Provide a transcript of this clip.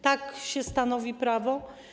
Tak się stanowi prawo?